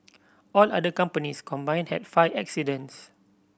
all other companies combined had five accidents